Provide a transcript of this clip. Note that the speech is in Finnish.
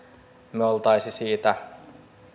me olisimme siitä